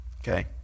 Okay